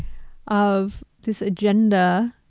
of this agenda,